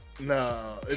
no